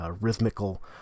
rhythmical